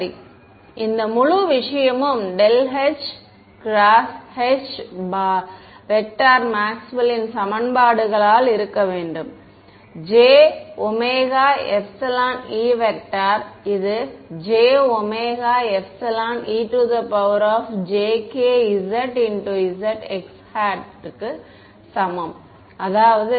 சரி இந்த முழு விஷயமும் ∇h× H மேக்ஸ்வெல்லின் சமன்பாடுகளால் இருக்க வேண்டும் jωεE இது jωεejk zzx க்கு சமம் அதாவது